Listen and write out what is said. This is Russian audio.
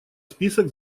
список